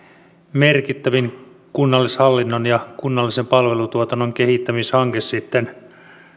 merkittävin kunnallishallinnon ja kunnallisen palvelutuotannon kehittämishanke sitten